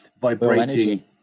vibrating